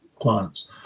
clients